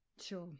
Sure